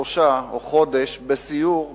שלושה שבועות או חודש בסיור בערבה.